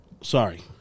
sorry